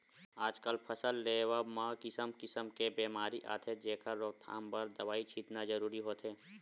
आजकल फसल लेवब म किसम किसम के बेमारी आथे जेखर रोकथाम बर दवई छितना जरूरी होथे